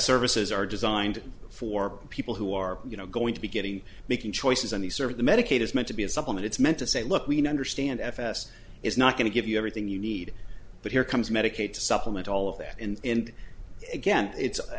services are designed for people who are you know going to be getting making choices on the sort of the medicaid is meant to be a supplement it's meant to say look we now understand fs is not going to give you everything you need but here comes medicaid to supplement all of that and again it's i